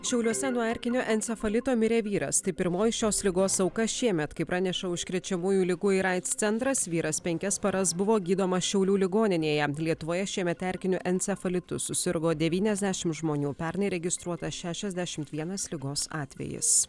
šiauliuose nuo erkinio encefalito mirė vyras tai pirmoji šios ligos auka šiemet kaip praneša užkrečiamųjų ligų ir aids centras vyras penkias paras buvo gydomas šiaulių ligoninėje lietuvoje šiemet erkiniu encefalitu susirgo devyniasdešimt žmonių pernai registruota šešiasdešimt vienas ligos atvejis